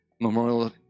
Memorial